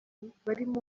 barimo